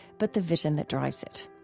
but the vision that drives it.